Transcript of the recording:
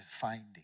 finding